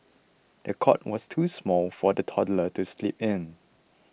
the cot was too small for the toddler to sleep in